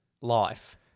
life